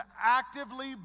actively